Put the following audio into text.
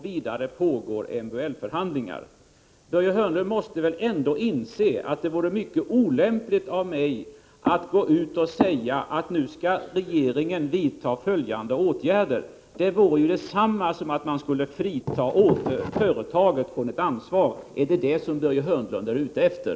Vidare pågår MBL-förhandlingar. Börje Hörnlund måste väl ändå inse att det vore mycket olämpligt av mig att nu gå ut och säga att regeringen skall vidta den ena eller andra åtgärden. Det vore detsamma som att man skulle frita företaget från dess ansvar. Är det detta som Börje Hörnlund är ute efter?